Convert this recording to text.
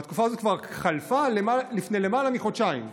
והתקופה הזאת כבר חלפה לפני למעלה מחודשיים.